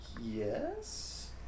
Yes